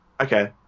Okay